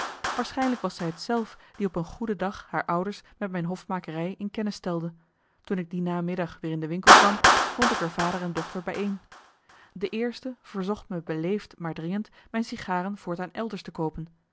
waarschijnlijk was zij t zelf die op een goede dag haar ouders met mijn hofmakerij in kennis stelde toen ik die namiddag weer in de winkel kwam vond ik er vader en dochter bijeen de eerste verzocht me beleefd maar dringend mijn sigaren voortaan elders te koopen